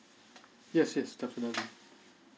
yes yes definitely